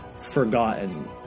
forgotten